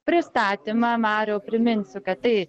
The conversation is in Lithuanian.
pristatymą mariau priminsiu kad tai